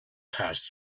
passed